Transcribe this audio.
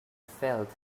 felt